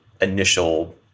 initial